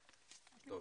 שיישמעו.